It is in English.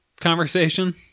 conversation